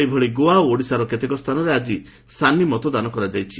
ସେହିଭଳି ଗୋଆ ଓ ଓଡ଼ିଶାର କେତେକ ସ୍ଥାନରେ ଆଜି ସାନି ମତଦାନ କରାଯାଇଛି